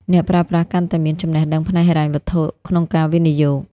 អ្នកប្រើប្រាស់កាន់តែមាន "ចំណេះដឹងផ្នែកហិរញ្ញវត្ថុ" ក្នុងការវិនិយោគ។